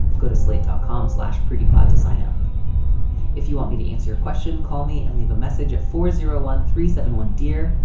go to slate dot com. slash pretty pot to sign up if you want me to answer your question, call me and leave a message at four zero one three seven one, dear.